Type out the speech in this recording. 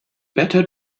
better